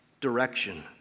Direction